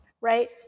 right